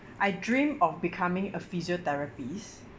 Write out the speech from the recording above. I dream of becoming a physiotherapist